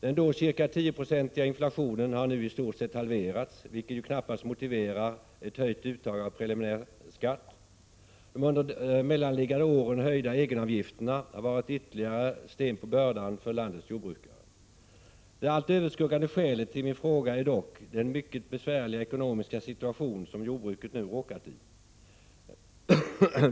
Den då cirka tioprocentiga inflationen har nu i stort sett halverats, vilket ju knappast motiverar ett höjt uttag av preliminär skatt. De under de mellanliggande åren höjda egenavgifterna har varit ytterligare sten på börda för landets jordbrukare. Det allt överskuggande skälet till min fråga är dock den mycket besvärliga ekonomiska situation som jordbruket nu råkat i.